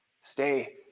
Stay